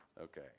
okay